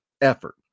effort